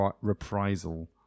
reprisal